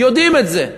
יודעים את זה.